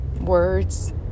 Words